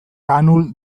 kaanul